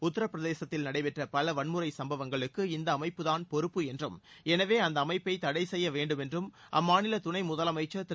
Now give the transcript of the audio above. உத்தரபிரதேசத்தில் நடைபெற்ற பல வன்முறைச் சம்பவங்களுக்கு இந்த அமைப்புதான் பொறுப்பு என்றும் எனவே அந்த அமைப்ப தடை செய்ய வேண்டும் என்றும் அம்மாநில துணை முதலமைச்சர் திரு